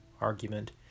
argument